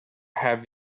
have